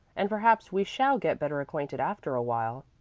and perhaps we shall get better acquainted after awhile.